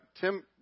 Tim